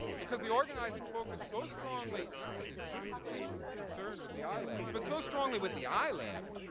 because the organizing focused so strongly not that it shouldn't have been concerned with the i-labs but so strongly with the i-labs